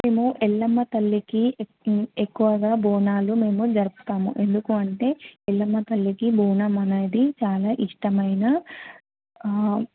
మేము ఎల్లమ్మ తల్లికి ఎక్కు ఎక్కువగా బోనాలు మేము జరుపుతాము ఎందుకు అంటే ఎల్లమ్మ తల్లికి బోనం అనేది చాలా ఇష్టమైన